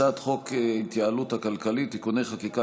הצעת חוק ההתייעלות הכלכלית (תיקוני חקיקה